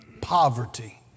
poverty